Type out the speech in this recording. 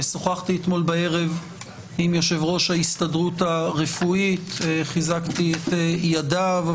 שוחחתי אתמול בערב עם יושב-ראש ההסתדרות הרפואית וחיזקתי את ידיו.